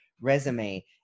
resume